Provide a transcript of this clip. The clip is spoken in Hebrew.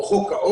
או חוק העורף,